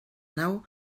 nau